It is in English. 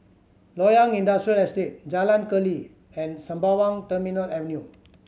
Loyang Industrial Estate Jalan Keli and Sembawang Terminal Avenue